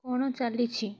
କ'ଣ ଚାଲିଛି